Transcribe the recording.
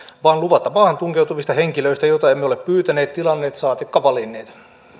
vaan luvatta maahan tunkeutuvista henkilöistä joita emme ole pyytäneet tilanneet saatikka valinneet